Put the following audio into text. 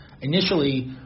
Initially